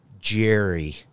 Jerry